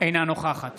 אינה נוכחת